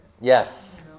Yes